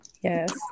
Yes